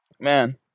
Man